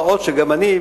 מה עוד שגם אני,